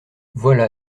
voilà